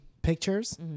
Pictures